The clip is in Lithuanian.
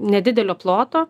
nedidelio ploto